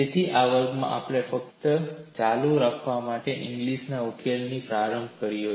તેથી આ વર્ગમાં આપણે ફક્ત ચાલુ રાખવા માટે ઇંગ્લિસ ઉકેલથી પ્રારંભ કર્યો